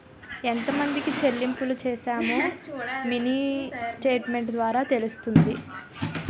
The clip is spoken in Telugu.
ఎంతమందికి చెల్లింపులు చేశామో మినీ స్టేట్మెంట్ ద్వారా తెలుస్తుంది